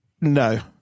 No